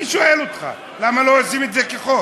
אני שואל אותך: למה לא עושים את זה כחוק?